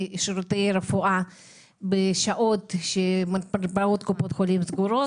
רפואה בשעות שבהן מרפאות קופות החולים סגורות.